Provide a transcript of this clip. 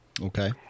Okay